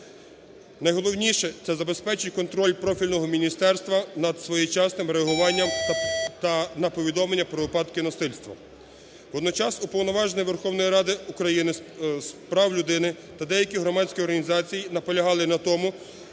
Найголовніше – це забезпечити контроль профільного міністерства над своєчасним реагуванням та на повідомлення про випадки насильства. Водночас Уповноважений Верховної Ради України з прав людини та деякі громадські організації наполягали на тому,